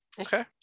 Okay